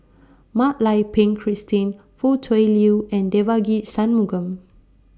Mak Lai Peng Christine Foo Tui Liew and Devagi Sanmugam